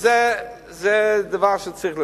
זה דבר שצריך לבדוק.